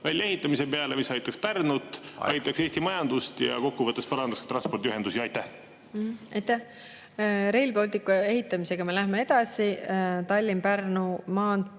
väljaehitamise peale, mis aitaks Pärnut, aitaks Eesti majandust ja kokku võttes parandaks transpordiühendusi? Aitäh! Rail Balticu ehitamisega me läheme edasi, Tallinna–Pärnu maantee